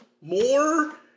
more